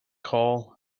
call